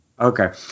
Okay